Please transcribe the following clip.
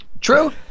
True